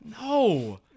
No